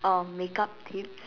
oh makeup tips